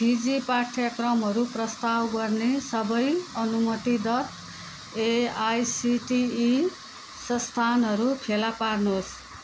fizzy पाठ्यक्रमहरू प्रस्ताव गर्ने सबै अनुमति दर एआइसिटिई संस्थानहरू फेला पार्नुहोस्